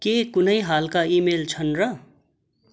के कुनै हालका इमेल छन् र